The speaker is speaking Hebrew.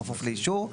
בכפוף לאישור.